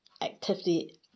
activity